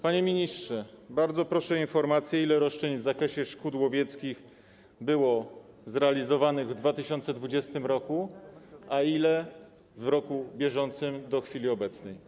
Panie ministrze, bardzo proszę o informację: Ile roszczeń w zakresie szkód łowieckich było zrealizowanych w 2020 r., a ile w roku bieżącym do chwili obecnej?